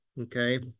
okay